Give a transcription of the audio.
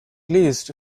least